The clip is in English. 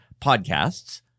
Podcasts